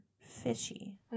fishy